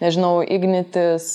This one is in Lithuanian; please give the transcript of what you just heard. nežinau ignitis